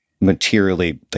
materially